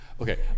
Okay